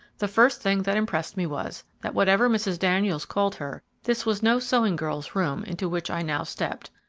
the first thing that impressed me was, that whatever mrs. daniels called her, this was no sewing girl's room into which i now stepped.